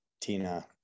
Tina